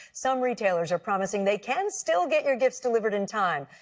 some retailers are promising they can still get your gifts delivered in time.